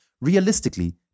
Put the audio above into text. realistically